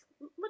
Look